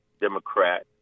Democrat